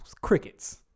Crickets